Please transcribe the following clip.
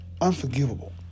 Unforgivable